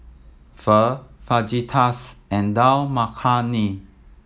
Pho Fajitas and Dal Makhani